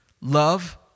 love